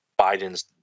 Biden's